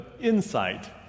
insight